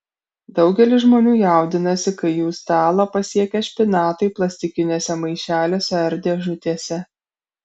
daugelis žmonių jaudinasi kai jų stalą pasiekia špinatai plastikiniuose maišeliuose ar dėžutėse